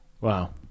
Wow